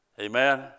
Amen